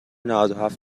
نودوهفت